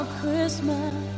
Christmas